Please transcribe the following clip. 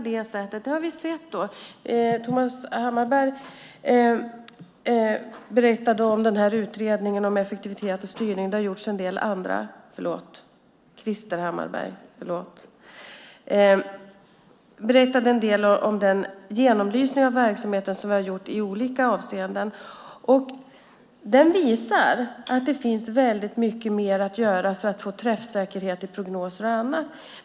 Krister Hammarbergh berättade en del om utredningen om effektivitet och styrning, och det har gjorts en del andra, och den genomlysning som vi har gjort i olika avseenden. Den visar att det finns väldigt mycket mer att göra för att få träffsäkerhet i prognoser och annat.